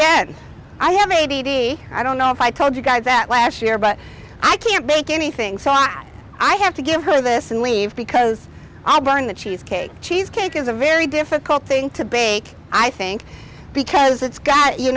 am i have maybe i don't know if i told you guys that last year but i can't make anything so hot i have to give her this and leave because i burned the cheesecake cheesecake is a very difficult thing to bake i think because it's got you